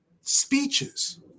speeches